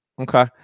Okay